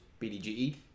BDGE